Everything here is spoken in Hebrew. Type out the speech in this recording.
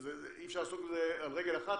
אי אפשר לעשות את זה גם על רגל אחת,